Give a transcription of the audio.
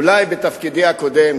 אולי בתפקידי הקודם,